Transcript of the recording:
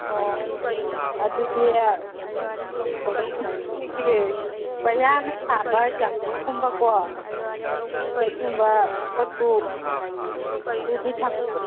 ꯑꯣ ꯑꯗꯨꯗꯤ ꯀꯩꯅꯣꯒꯨꯝꯕꯗꯤ ꯑꯩꯈꯣꯏꯒꯤ ꯄꯩꯌꯥꯅ ꯁꯥꯕ ꯌꯥꯡꯀꯣꯛ ꯀꯨꯝꯕꯀꯣ ꯑꯗꯨꯒꯨꯝꯕ ꯄꯣꯠꯁꯨ ꯑꯗꯨꯗꯤ ꯊꯝꯗ꯭ꯔꯣ